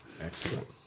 Excellent